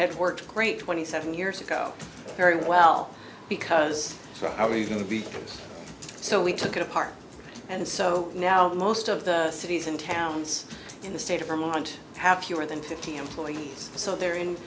had worked great twenty seven years ago very well because so how are you going to be so we took it apart and so now most of the cities and towns in the state of vermont have fewer than fifty employees so they're